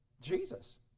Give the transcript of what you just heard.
Jesus